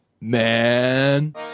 Man